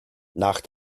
nach